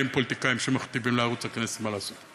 פוליטיקאים שמכתיבים לערוץ הכנסת מה לעשות,